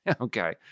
okay